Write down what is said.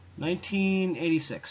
1986